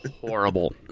horrible